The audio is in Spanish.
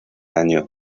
año